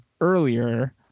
earlier